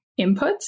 inputs